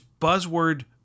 buzzword